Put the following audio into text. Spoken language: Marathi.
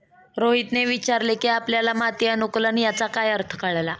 रोहितने विचारले की आपल्याला माती अनुकुलन याचा काय अर्थ कळला?